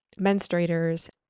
menstruators